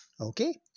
Okay